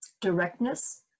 directness